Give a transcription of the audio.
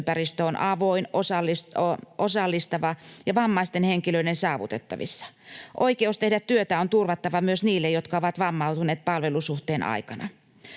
työympäristö on avoin, osallistava ja vammaisten henkilöiden saavutettavissa. Oikeus tehdä työtä on turvattava myös niille, jotka ovat vammautuneet palvelussuhteen aikana.